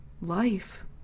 life